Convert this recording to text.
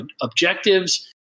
objectives